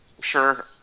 Sure